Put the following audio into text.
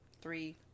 three